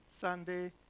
Sunday